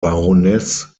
baroness